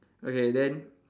okay then